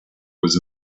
was